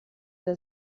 der